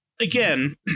Again